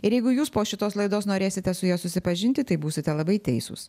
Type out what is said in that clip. ir jeigu jūs po šitos laidos norėsite su ja susipažinti tai būsite labai teisūs